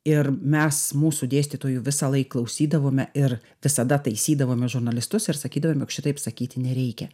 ir mes mūsų dėstytojų visąlaik klausydavome ir visada taisydavome žurnalistus ir sakydavome jog šitaip sakyti nereikia